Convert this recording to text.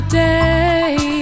day